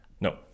No